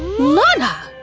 lana!